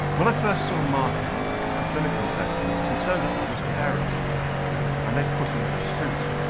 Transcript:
when i first saw martin for clinical assessments he turned up with his parents and they'd put him in a suit,